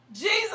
Jesus